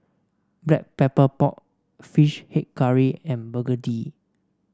Black Pepper Pork fish head curry and begedil